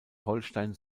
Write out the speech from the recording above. holstein